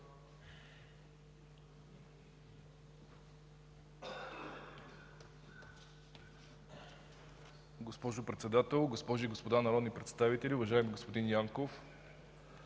Госпожо Председател, госпожи и господа народни представители! Уважаеми господин Янков,